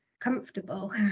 comfortable